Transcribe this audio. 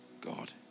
God